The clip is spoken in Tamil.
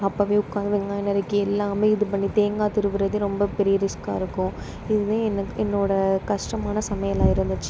அப்போவே உட்கார்ந்து வெங்காயம் நறுக்கி எல்லாமே இது பண்ணி தேங்காய் துருவரதே ரொம்ப பெரிய ரிஸ்க்காயிருக்கும் இதுதான் எனக்கு என்னோடய கஷ்டமான சமையலாக இருந்துச்சு